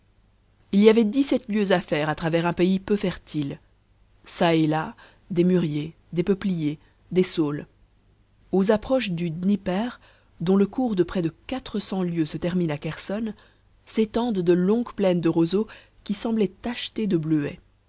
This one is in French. il y avait dix-sept lieues à faire à travers un pays peu fertile ça et là des mûriers des peupliers des saules aux approches du dnieper dont le cours de près de quatre cents lieues se termine à kherson s'étendent de longues plaines de roseaux qui semblaient tachetées de bleuets